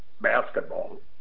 basketball